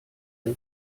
der